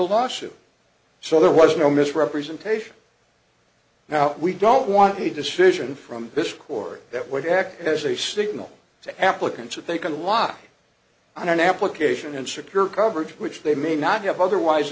lawsuit so there was no misrepresentation now we don't want a decision from this court that would act as a signal to applicants that they can live on an application and secure coverage which they may not have otherwise